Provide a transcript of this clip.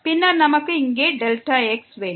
பின்னர் நமக்கு இங்கே Δx வேண்டும்